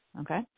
Okay